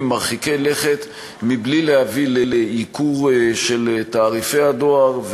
מרחיקי לכת בלי להביא לייקור של תעריפי הדואר,